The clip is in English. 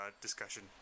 discussion